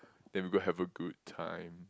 then we go have a good time